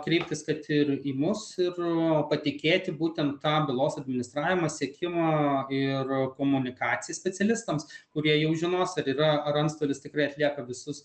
kreiptis kad ir į mus ir o patikėti būtent tą bylos administravimą sekimą ir komunikaciją specialistams kurie jau žinos ar yra ar antstolis tikrai atlieka visus